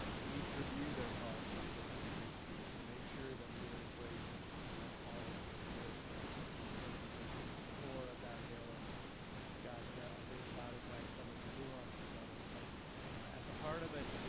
to each review their policies around free speech and make sure that we are embracing all of the spirit that that was sort of at the the core of that bill and then got a bit clouded by some of the nuances of it. but at the heart of it,